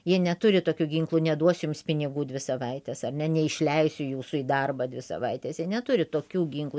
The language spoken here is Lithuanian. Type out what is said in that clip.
jie neturi tokių ginklų neduos jums pinigų dvi savaites ar ne neišleisiu jūsų į darbą dvi savaites jie neturi tokių ginklų